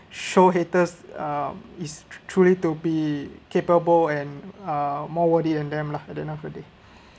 show haters um is truly to be capable and uh more worthy than them lah at the end of the day